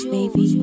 Baby